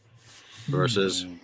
versus